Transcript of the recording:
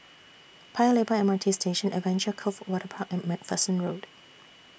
Paya Lebar M R T Station Adventure Cove Waterpark and MacPherson Road